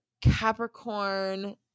Capricorn